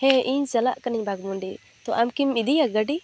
ᱦᱮᱸ ᱤᱧ ᱪᱟᱞᱟᱜ ᱠᱟᱹᱱᱟᱹᱧ ᱵᱟᱜᱽᱢᱩᱱᱰᱤ ᱛᱚ ᱟᱢᱠᱤ ᱤᱫᱤᱭᱟ ᱜᱟᱹᱰᱤ